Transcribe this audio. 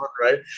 right